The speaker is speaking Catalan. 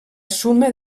suma